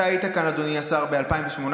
אתה היית כאן, אדוני השר, ב-2018?